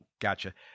Gotcha